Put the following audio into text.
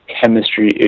chemistry